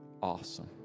awesome